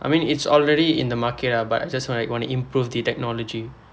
I mean it's already in the market ah but I just want to like improve the technology